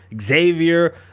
Xavier